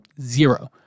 zero